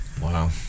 wow